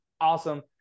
awesome